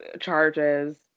charges